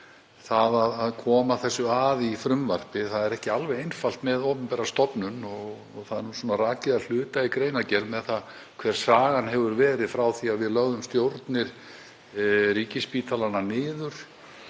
Það að koma þessu að í frumvarpinu er ekki alveg einfalt með opinbera stofnun. Það er rakið að hluta í greinargerð hver sagan hefur verið frá því að við lögðum stjórnir ríkisspítalanna niður